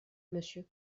monsieur